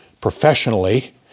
professionally